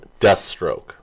Deathstroke